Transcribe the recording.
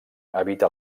habita